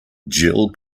jill